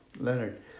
Leonard